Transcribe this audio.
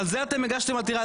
על זה אתם הגשתם עתירה.